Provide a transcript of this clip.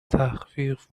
تخفیف